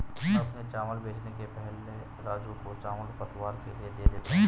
मैं अपने चावल बेचने के पहले राजू को चावल पतवार के लिए दे देता हूं